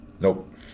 Nope